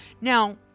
Now